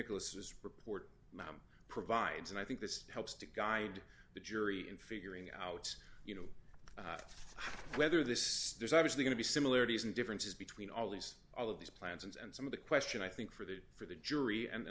nicholas is report provides and i think this helps to guide the jury in figuring out you know whether this there's obviously going to be similarities and differences between all these all of these plans and some of the question i think for the for the jury and